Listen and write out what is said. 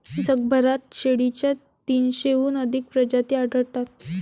जगभरात शेळीच्या तीनशेहून अधिक प्रजाती आढळतात